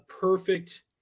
perfect